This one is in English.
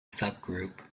subgroup